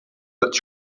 but